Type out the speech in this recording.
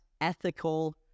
ethical